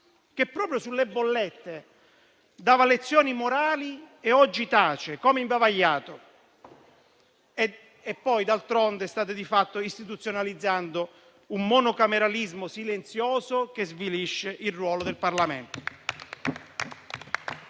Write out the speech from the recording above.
che proprio sulle bollette dava lezioni morali e oggi tace, come imbavagliato. D'altronde, state di fatto istituzionalizzando un monocameralismo silenzioso, che svilisce il ruolo del Parlamento.